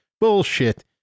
Bullshit